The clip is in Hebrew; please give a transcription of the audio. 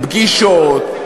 פגישות,